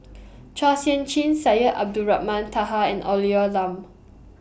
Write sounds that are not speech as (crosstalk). (noise) Chua Sian Chin Syed Abdulrahman Taha and Olivia Lum